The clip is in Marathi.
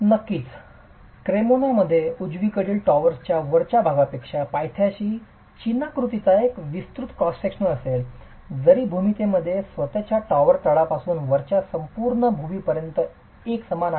नक्कीच क्रेमोनामध्ये उजवीकडील टॉवरच्या वरच्या भागापेक्षा पायथ्याशी चिनाकृतीचा एक विस्तृत क्रॉस सेक्शन असेल जरी भूमितीमध्ये स्वतःचा टॉवर तळापासून वरच्या संपूर्ण भूमितीपर्यंत एकसमान आहे